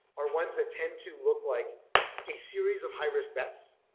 are ones that tend to look like a series of high-risk bets,